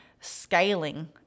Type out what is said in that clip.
scaling